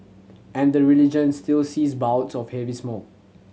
and the region still sees bouts of heavy smog